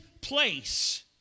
place